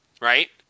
right